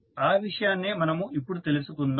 ఆ విషయాన్నే మనము ఇప్పుడు తెలుసుకుందాం